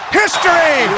history